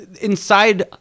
inside